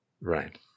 Right